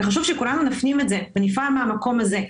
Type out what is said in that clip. חשוב שכולנו נפנים את זה ונפעל מן המקום הזה.